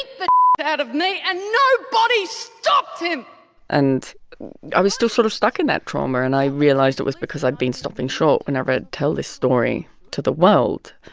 the out of me, and nobody stopped him and i was still sort of stuck in that trauma. and i realized it was because i'd been stopping short whenever i'd tell this story to the world.